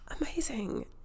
Amazing